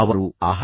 ಈಗ ಅವನು ನನಗೆ 9